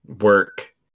work